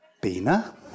Bina